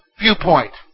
viewpoint